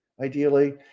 ideally